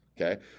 okay